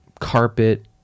carpet